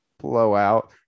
blowout